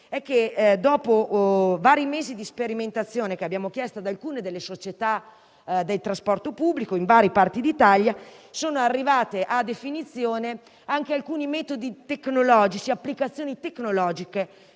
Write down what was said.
dopo vari mesi di sperimentazione che abbiamo chiesto ad alcune società del trasporto pubblico in varie parti d'Italia, sono arrivate a definizione alcune applicazioni tecnologiche